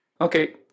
Okay